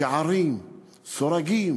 שערים, סורגים,